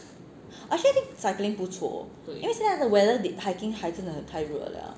actually I think cycling 不错因为现在的 weather hiking 还真的太热了